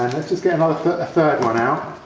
let's just get a third one out.